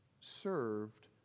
served